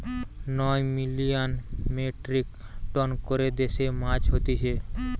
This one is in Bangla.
নয় মিলিয়ান মেট্রিক টন করে দেশে মাছ হতিছে